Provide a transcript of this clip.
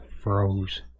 froze